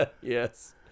Yes